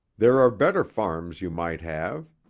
there are better farms you might have.